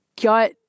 got